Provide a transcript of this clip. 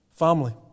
family